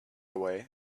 away